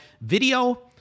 video